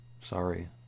sorry